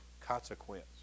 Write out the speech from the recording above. consequence